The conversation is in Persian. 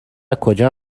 کجا